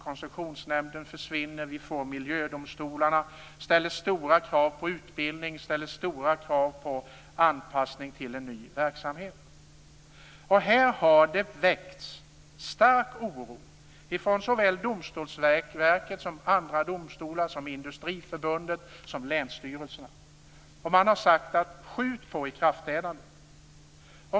Koncessionsnämnden försvinner och vi får miljödomstolar. Det ställer krav på utbildning och anpassning till en ny verksamhet. Här har det väckts stark oro hos såväl Domstolsverket, andra domstolar, Industriförbundet som länsstyrelserna. Man har sagt att vi borde skjuta på ikraftträdandet.